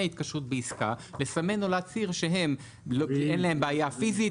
התקשרות בעסקה לסמן או להצהיר שאין להם בעיה פיזית,